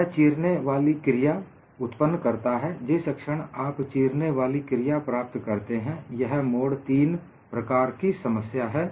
यह चीरने वाली क्रिया उत्पन्न करता है जिस क्षण आप चीरने वाली क्रिया प्राप्त करते हैं यह मोड तीन प्रकार की समस्या है